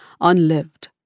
unlived